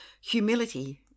Humility